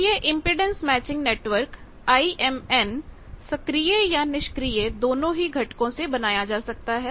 अब यह impedance matching network IMN सक्रिय या निष्क्रिय दोनों ही घटको से बनाया जा सकता है